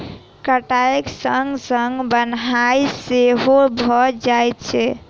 कटाइक संग संग बन्हाइ सेहो भ जाइत छै